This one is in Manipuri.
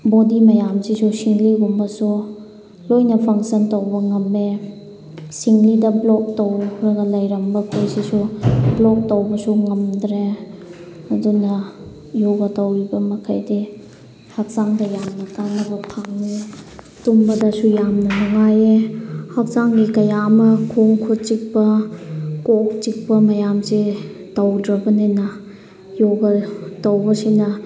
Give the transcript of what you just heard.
ꯕꯣꯗꯤ ꯃꯌꯥꯝꯁꯤꯁꯨ ꯁꯤꯡꯂꯤꯒꯨꯝꯕꯁꯨ ꯂꯣꯏꯅ ꯐꯪꯁꯟ ꯇꯧꯕ ꯉꯝꯃꯦ ꯁꯤꯡꯂꯤꯗ ꯕ꯭ꯂꯣꯛ ꯇꯧꯔꯒ ꯂꯩꯔꯝꯕ ꯈꯣꯏꯁꯤꯁꯨ ꯕ꯭ꯂꯣꯛ ꯇꯧꯕꯁꯨ ꯉꯝꯗ꯭ꯔꯦ ꯑꯗꯨꯅ ꯌꯣꯒꯥ ꯇꯧꯔꯤꯕ ꯃꯈꯩꯗꯤ ꯍꯛꯆꯥꯡꯗ ꯌꯥꯝꯅ ꯀꯥꯅꯕ ꯐꯪꯉꯤ ꯇꯨꯝꯕꯗꯁꯨ ꯌꯥꯝꯅ ꯅꯨꯡꯉꯥꯏꯌꯦ ꯍꯛꯆꯥꯡꯒꯤ ꯀꯌꯥ ꯑꯃ ꯈꯣꯡ ꯈꯨꯠ ꯆꯤꯛꯄ ꯀꯣꯛ ꯆꯤꯛꯄ ꯃꯌꯥꯝꯁꯦ ꯇꯧꯗ꯭ꯔꯕꯅꯤꯅ ꯌꯣꯒꯥ ꯇꯧꯕꯁꯤꯅ